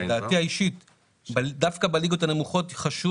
לדעתי האישית דווקא בליגות הנמוכות חשוב